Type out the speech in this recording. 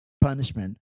punishment